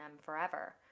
forever